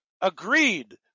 agreed